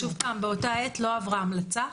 שוב פעם, באותה עת, לא עברה המלצה,